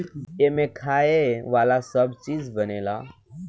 एमें खाए वाला सब चीज बनेला